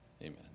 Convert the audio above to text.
Amen